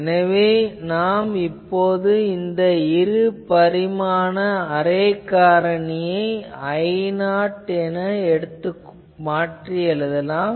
எனவே நாம் இப்போது இந்த இரு பரிமாண அரே காரணியை I0 என மாற்றி எழுதலாம்